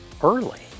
early